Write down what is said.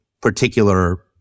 particular